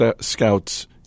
Scouts